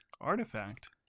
Artifact